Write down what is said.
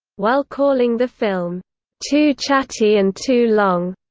while calling the film too chatty and too long,